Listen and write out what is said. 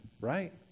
right